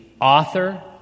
author